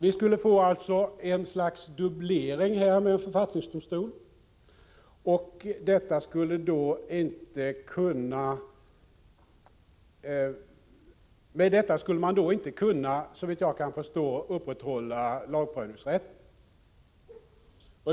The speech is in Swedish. Genom en författningsdomstol skulle det alltså bli ett slags dubblering, och då skulle man såvitt jag förstår inte kunna upprätthålla lagprövningsrätten.